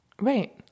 Right